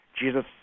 Jesus